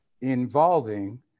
involving